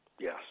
Yes